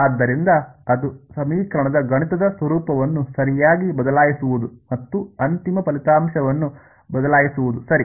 ಆದ್ದರಿಂದ ಅದು ಸಮೀಕರಣದ ಗಣಿತದ ಸ್ವರೂಪವನ್ನು ಸರಿಯಾಗಿ ಬದಲಾಯಿಸುವುದು ಮತ್ತು ಅಂತಿಮ ಫಲಿತಾಂಶವನ್ನು ಬದಲಾಯಿಸುವುದು ಸರಿ